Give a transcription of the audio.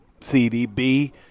CDB